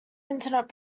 internet